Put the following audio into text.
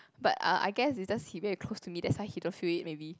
but uh I guess is just he very close to me that's why he don't feel it maybe